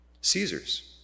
Caesar's